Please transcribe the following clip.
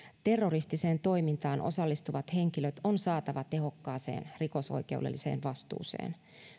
terroristiseen toimintaan osallistuvat henkilöt on saatava tehokkaaseen rikosoikeudelliseen vastuuseen